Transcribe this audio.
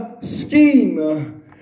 scheme